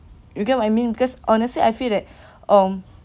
you get what I mean because honestly I feel that um